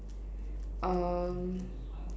um